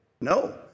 No